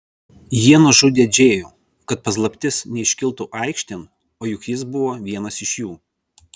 jie nužudė džėjų kad paslaptis neiškiltų aikštėn o juk jis buvo vienas iš jų